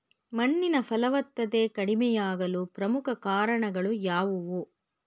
ಮಣ್ಣಿನ ಫಲವತ್ತತೆ ಕಡಿಮೆಯಾಗಲು ಪ್ರಮುಖ ಕಾರಣಗಳು ಯಾವುವು?